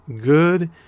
good